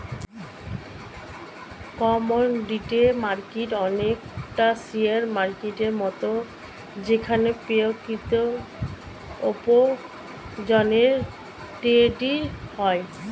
commodity market অনেকটা share মার্কেটের মত যেখানে প্রাকৃতিক উপার্জনের ট্রেডিং হয়